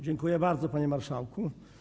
Dziękuję bardzo, panie marszałku.